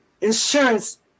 insurance